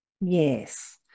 Yes